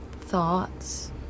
thoughts